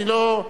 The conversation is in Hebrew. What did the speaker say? אני לא,